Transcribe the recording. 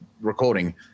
recording